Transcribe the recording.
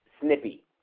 snippy